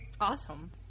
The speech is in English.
Awesome